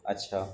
اچھا